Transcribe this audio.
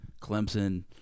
Clemson